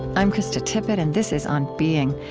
i'm krista tippett, and this is on being.